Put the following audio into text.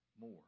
more